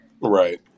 Right